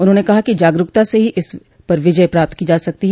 उन्होंने कहा कि जागरूकता से ही इस पर विजय प्राप्त की जा सकती है